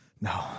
No